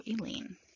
Eileen